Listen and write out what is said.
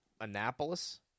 Annapolis